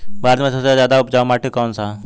भारत मे सबसे ज्यादा उपजाऊ माटी कउन सा ह?